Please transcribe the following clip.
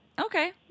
Okay